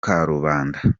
karubanda